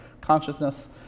consciousness